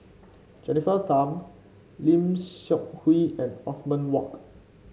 Jennifer Tham Lim Seok Hui and Othman Wok